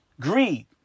greed